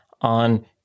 on